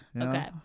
Okay